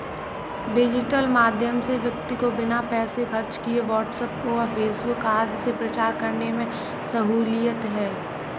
digital माध्यम से व्यक्ति को बिना पैसे खर्च किए व्हाट्सएप व फेसबुक आदि से प्रचार करने में सहूलियत है